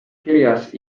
kirjas